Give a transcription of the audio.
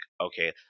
okay